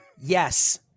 Yes